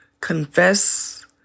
Confess